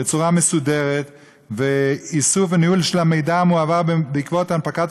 בצורה מסודרת ואיסוף וניהול של המידע המועבר בעקבות הנפקת